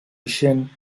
ixent